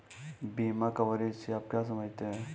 बीमा कवरेज से आप क्या समझते हैं?